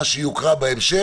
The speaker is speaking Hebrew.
מה שיוקרא בהמשך,